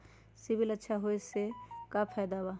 CIBIL अच्छा होऐ से का फायदा बा?